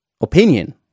opinion